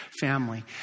family